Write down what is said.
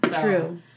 true